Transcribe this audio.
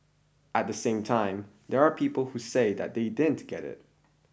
at the same time there are people who say that they didn't get it